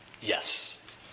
Yes